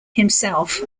himself